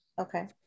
Okay